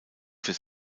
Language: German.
für